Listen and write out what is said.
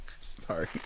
Sorry